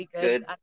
good